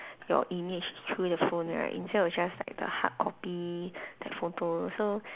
your image through your phone right instead of just like the hard copy the photos so